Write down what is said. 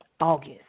August